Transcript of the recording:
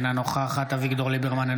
אינה נוכחת אביגדור ליברמן,